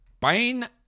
Bain